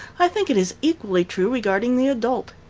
i think it is equally true regarding the adult.